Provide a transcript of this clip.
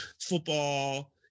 football